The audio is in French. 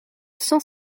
cent